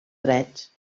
drets